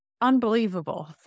unbelievable